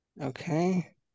Okay